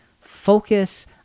Focus